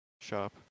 shop